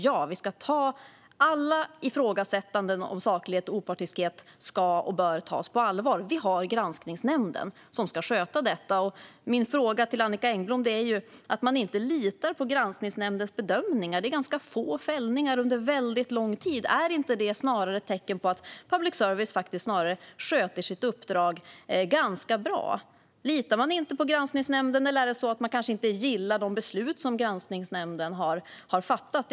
Ja, alla ifrågasättanden av saklighet och opartiskhet bör och ska tas på allvar. Vi har Granskningsnämnden, som ska sköta detta. Min fråga till Annicka Engblom handlar om att man inte litar på Granskningsnämndens bedömningar. Det är ganska få fällningar under väldigt lång tid. Är inte detta snarare ett tecken på att public service faktiskt sköter sitt uppdrag ganska bra? Litar man inte på Granskningsnämnden, eller gillar man kanske inte de beslut den har fattat?